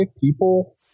people